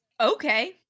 okay